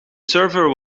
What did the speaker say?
server